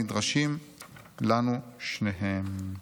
הנדרשים לנו שניהם".